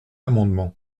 amendement